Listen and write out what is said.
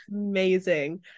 Amazing